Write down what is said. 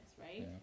Right